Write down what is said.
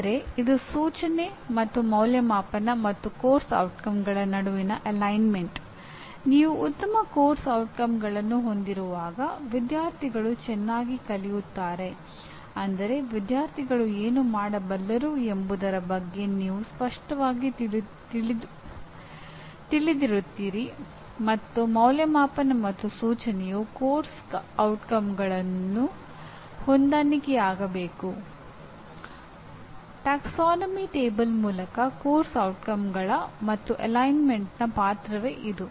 ಅಂದರೆ ಇದು ಸೂಚನೆ ಮತ್ತು ಅಂದಾಜುವಿಕೆ ಮತ್ತು ಪಠ್ಯಕ್ರಮದ ಪರಿಣಾಮಗಳ ನಡುವಿನ ಇರಿಸಿಕೆ ಪಾತ್ರವೇ ಇದು